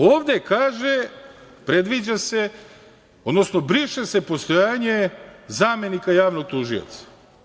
Ovde kaže, predviđa se, odnosno briše se postojanje zamenika javnog tužioca.